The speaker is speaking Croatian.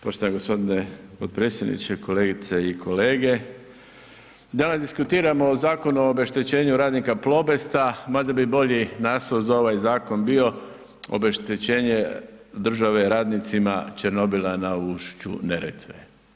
Poštovani gospodine potpredsjedniče, kolegice i kolege, danas diskutiramo o Zakonu o obeštećenju radnika Plobesta, mada bi bolji naslov za ovaj zakon bio obeštećenje države radnicima Černobila na ušću Neretve.